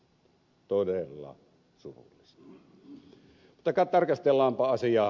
mutta tarkastellaanpa asiaa pikkuisen